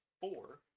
four